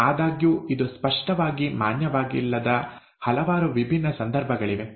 ಆದಾಗ್ಯೂ ಇದು ಸ್ಪಷ್ಟವಾಗಿ ಮಾನ್ಯವಾಗಿಲ್ಲದ ಹಲವಾರು ವಿಭಿನ್ನ ಸಂದರ್ಭಗಳಿವೆ